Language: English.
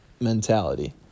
mentality